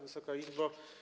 Wysoka Izbo!